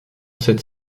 cette